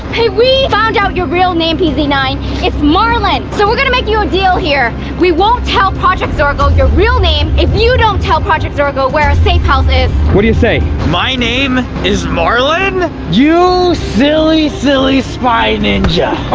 hey, we found out your real name, p z nine. it's marlin. so we're gonna make you a deal here. we won't tell project zorgo your real name, if you don't tell project zorgo where our safe house is. what do you say? my name is marlin? you silly, silly spy ninja.